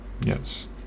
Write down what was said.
Yes